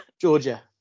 Georgia